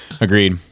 Agreed